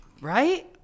Right